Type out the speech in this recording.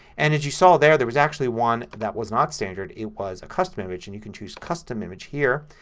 and as you saw there, there's was actually one that was not standard. it was a custom image. and you can choose custom image here.